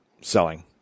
selling